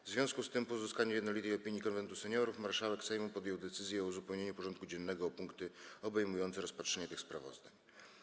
W związku z tym, po uzyskaniu jednolitej opinii Konwentu Seniorów, marszałek Sejmu podjął decyzję o uzupełnieniu porządku dziennego o punkty obejmujące rozpatrzenie tych sprawozdań.